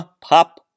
Pop